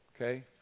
okay